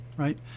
Right